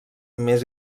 més